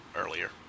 earlier